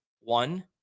one